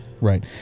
Right